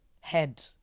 head